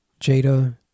Jada